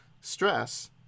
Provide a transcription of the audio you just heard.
stress